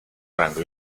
rango